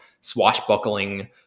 swashbuckling